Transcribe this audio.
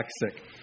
toxic